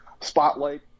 spotlight